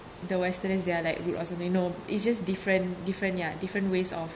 the western as they are like rude or something no it's just different different ya different ways of